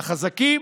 לחזקים?